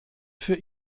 für